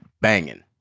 banging